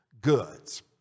goods